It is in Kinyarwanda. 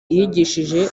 yigishije